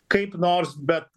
kaip nors bet